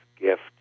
gift